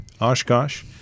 Oshkosh